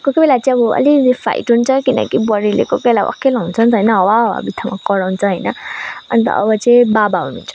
कोही कोही बेला चाहिँ अब अलिअलि फाइट हुन्छ किनकि बडीले कोही कोही बेला वाक्कै लगाउँछ नि त होइन हावा हावाको बित्थामा कराउँछ होइन अन्त अब चाहिँ बाबा हुनुहुन्छ